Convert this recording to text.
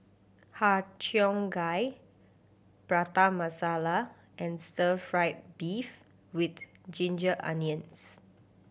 Har Cheong Gai Prata Masala and stir fried beef with ginger onions